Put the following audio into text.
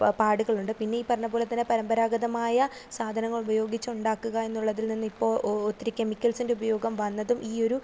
പാടുകളുണ്ട് പിന്നെ ഈ പറഞ്ഞതു പോലെതന്നെ പരമ്പരാഗതമായ സാധനങ്ങളുപയോഗിച്ച് ഉണ്ടാക്കുക എന്നുള്ളതിൽ നിന്ന് ഇപ്പോൾ ഒത്തിരി കെമിക്കൽസിൻ്റെ ഉപയോഗം വന്നതും ഈയൊരു